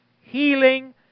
healing